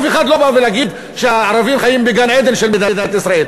אף אחד לא בא להגיד שהערבים חיים בגן-עדן של מדינת ישראל,